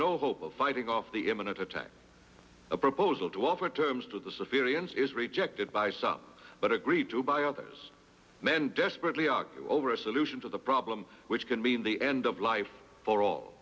no hope of fighting off the imminent attack a proposal to offer terms to the civilians is rejected by some but agreed to by others men desperately argue over a solution to the problem which can mean the end of life for all